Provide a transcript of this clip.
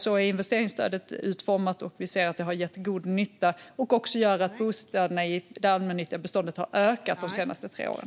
Så är investeringsstödet utformat. Vi har sett att det har gett god nytta och också gör att bostäderna i det allmännyttiga beståndet har ökat de senaste tre åren.